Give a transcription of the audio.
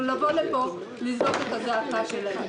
לבוא לפה כדי לזעוק את הזעקה שלהם?